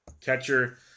Catcher